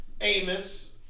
Amos